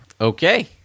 okay